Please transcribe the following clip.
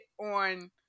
on